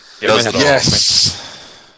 Yes